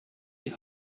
die